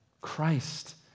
Christ